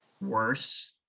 worse